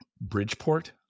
Bridgeport